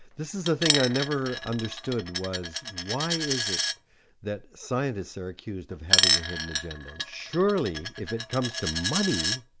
this is a thing i never understood, was why is it that scientists are accused of having a hidden agenda? surely if it comes to money,